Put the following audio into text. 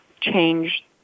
change